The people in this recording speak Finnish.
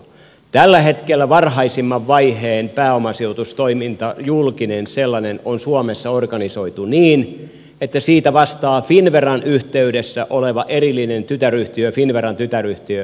tällä hetkellä varhaisimman vaiheen julkinen pääomasijoitustoiminta on suomessa organisoitu niin että siitä vastaa finnveran yhteydessä oleva erillinen finnveran tytäryhtiö elikkä avera